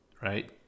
right